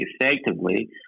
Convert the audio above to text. effectively